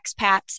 expats